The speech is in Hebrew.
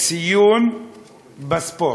ציון בספורט.